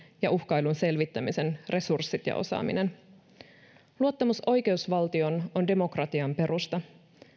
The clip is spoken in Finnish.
ja uhkailun selvittämisen resurssit ja osaaminen luottamus oikeusvaltioon on demokratian perusta